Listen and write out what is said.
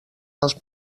dels